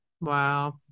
wow